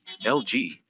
LG